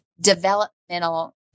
developmental